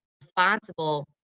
responsible